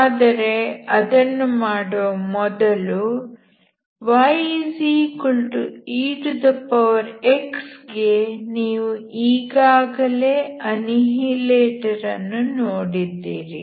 ಆದರೆ ಅದನ್ನು ಮಾಡುವ ಮೊದಲು yex ಗೆ ನೀವು ಈಗಾಗಲೇ ಅನ್ನಿಹಿಲೇಟರ್ ಅನ್ನು ನೋಡಿದ್ದೀರಿ